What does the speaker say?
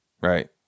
Right